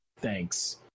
Thanks